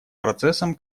процессом